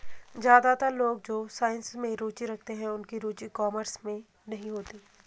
ज्यादातर लोग जो साइंस में रुचि रखते हैं उनकी रुचि कॉमर्स में नहीं होती